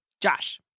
Josh